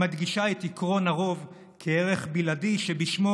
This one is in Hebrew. המקדישה את עקרון הרוב כערך בלעדי שבשמו